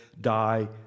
die